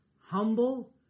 Humble